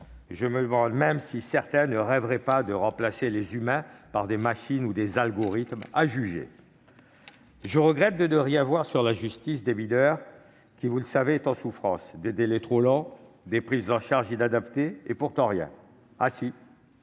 je me demande même si certains ne rêveraient pas de remplacer les humains par des machines ou des algorithmes à juger ! Je regrette également de ne rien voir sur la justice des mineurs, dont vous savez qu'elle est en souffrance : des délais trop longs, des prises en charge inadaptées- et pourtant, rien ! Ah, si